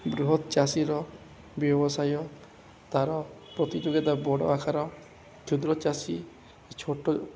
ବୃହତ ଚାଷୀର ବ୍ୟବସାୟ ତା'ର ପ୍ରତିଯୋଗିତା ବଡ଼ ଆକାର କ୍ଷୁଦ୍ର ଚାଷୀ ଛୋଟ